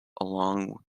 along